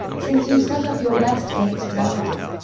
since you set up your rest gainst remedy.